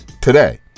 today